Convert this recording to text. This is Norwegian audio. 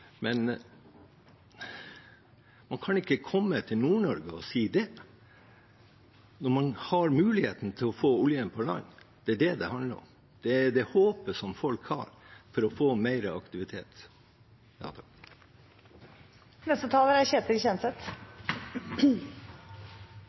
men man kan ikke komme til Nord-Norge og si det når man har mulighet til å få oljen på land. Det er det det handler om. Det er det håpet folk har for å få mer aktivitet.